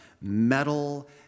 metal